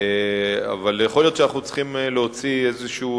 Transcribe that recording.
יכול להיות שאנחנו צריכים להוציא איזשהו